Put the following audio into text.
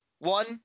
One